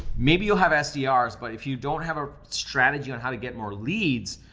maybe you'll have sdrs, but if you don't have a strategy on how to get more leads,